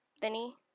Vinny